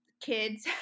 kids